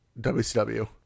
wcw